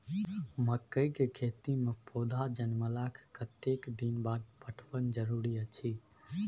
मकई के खेती मे पौधा जनमला के कतेक दिन बाद पटवन जरूरी अछि?